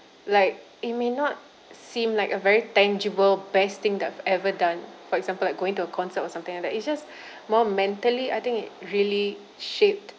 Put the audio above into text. like it may not seem like a very tangible best thing that I've ever done for example like going to a concert or something like that it's just more mentally I think it really shaped